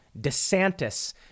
DeSantis